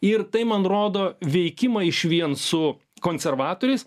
ir tai man rodo veikimą išvien su konservatoriais